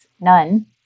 none